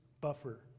Buffer